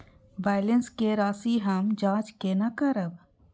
Balance के राशि हम जाँच केना करब?